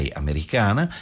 americana